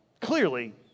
Clearly